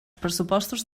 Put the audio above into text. pressupostos